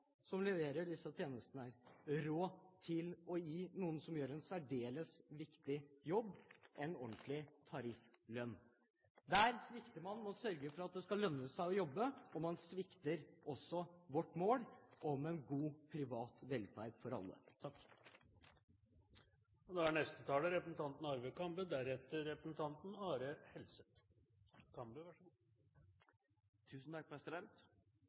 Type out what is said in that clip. som leverer disse tjenestene, råd til å gi dem som gjør en særdeles viktig jobb, en ordentlig tarifflønn. Der svikter man det å sørge for at det skal lønne seg å jobbe, og man svikter også vårt mål om en god privat velferd for alle.